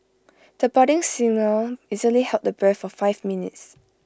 the budding singer easily held the breath for five minutes